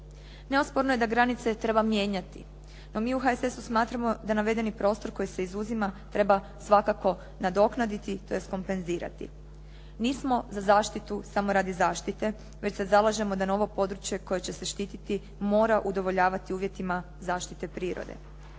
Neosporno je da granice treba mijenjati, no mi u HSS-u smatramo da navedeni prostor koji se izuzima treba svakako nadoknaditi tj. kompenzirati. Nismo za zaštitu samo radi zaštite, već se zalažemo da na ovo područje koje će se štititi mora udovoljavati uvjetima zaštite prirode.